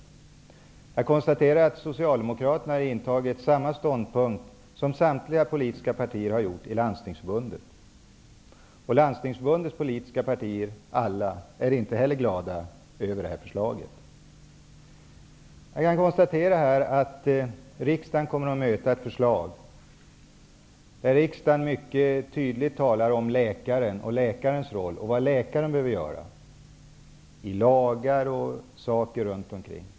Jag konstaterar att Socialdemokraterna intagit samma ståndpunkt som samtliga politiska partier har gjort i Landstingsförbundet. Landstingsförbundets alla politiska partier är inte heller glada över detta förslag. Jag kan konstatera att riksdagen kommer att möta ett förslag där det mycket tydligt talas om läkaren, läkarens roll och vad läkaren behöver göra. Detta kommer att nämnas i lagar och förordningar.